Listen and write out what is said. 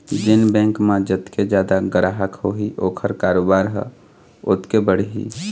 जेन बेंक म जतके जादा गराहक होही ओखर कारोबार ह ओतके बढ़ही